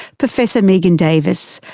professor megan davis,